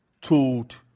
told